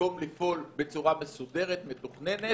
במקום לפעול בצורה מסודרת ומתוכננת,